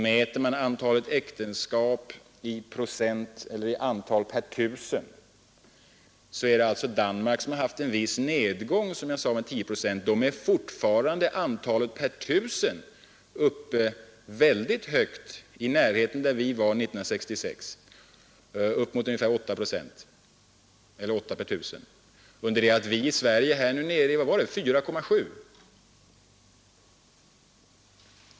Mäter man antalet äktenskap per 1000, ligger Danmark fortfarande väldigt högt — i närheten av det läge där vi var 1966, ungefär 8 per 1000 — under det att vi i Sverige är nere i 4,7.